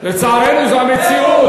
לצערנו, זו המציאות.